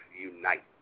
unite